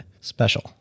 special